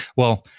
well,